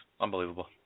Unbelievable